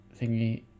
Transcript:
Thingy